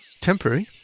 Temporary